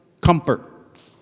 comfort